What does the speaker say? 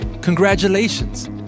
congratulations